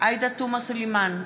עאידה תומא סלימאן,